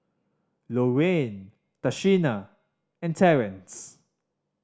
Loraine Tashina and Terance